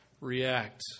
react